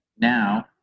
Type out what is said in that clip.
now